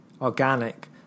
organic